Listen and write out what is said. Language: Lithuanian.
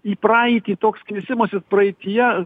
į praeitį toks knisimasis praeityje